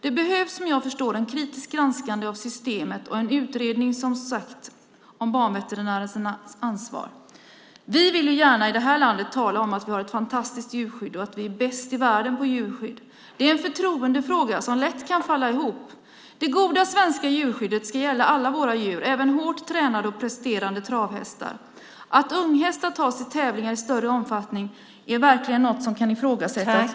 Det behövs, som jag förstår, ett kritiskt granskande av systemet och, som sagt, en utredning om banveterinärernas ansvar. Vi vill gärna i det här landet tala om att vi har ett fantastiskt djurskydd och att vi är bäst i världen på djurskydd. Det är en förtroendefråga som lätt kan falla ihop. Det goda svenska djurskyddet ska gälla alla våra djur, även hårt tränade och presterande travhästar. Att unghästar tas till tävlingar i större omfattning är verkligen något som kan ifrågasättas.